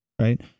Right